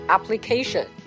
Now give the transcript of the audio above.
Application